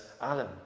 Alan